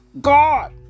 God